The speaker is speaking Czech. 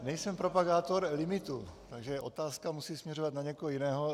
Nejsem propagátor limitů, takže otázka musí směřovat na někoho jiného.